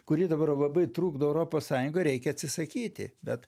kuri dabar labai trukdo europos sąjungai reikia atsisakyti bet